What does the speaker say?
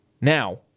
Now